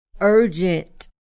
urgent